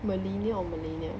millennial or millennial